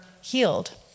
healed